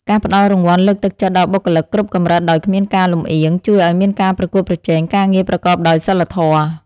ការផ្តល់រង្វាន់លើកទឹកចិត្តដល់បុគ្គលិកគ្រប់កម្រិតដោយគ្មានការលម្អៀង ជួយឱ្យមានការប្រកួតប្រជែងការងារប្រកបដោយសីលធម៌។